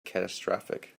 catastrophic